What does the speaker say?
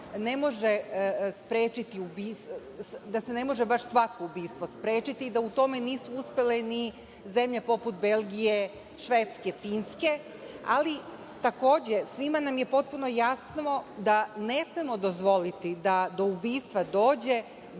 da se ne može baš svako ubistvo sprečiti, da u tome nisu uspele ni zemlje poput Belgije, Švedske, Finske, ali takođe svima nam je potpuno jasno da ne smemo dozvoliti da do ubistva dođe